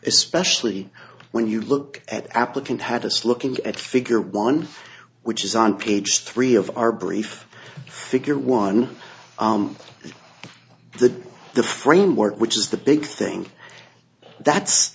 especially when you look at applicant had this look at figure one which is on page three of our brief figure one of the the framework which is the big thing that's